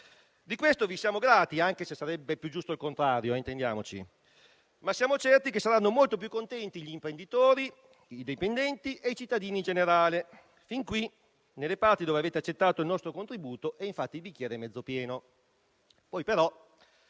Di ciò vi siamo grati, anche se sarebbe più giusto il contrario - intendiamoci - ma siamo certi che saranno molto più contenti gli imprenditori, i dipendenti e i cittadini in generale. Sin qui, nelle parti dove avete accettato il nostro contributo, il bicchiere è infatti mezzo pieno.